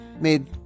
made